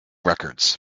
records